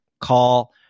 call